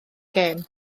gêm